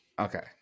Okay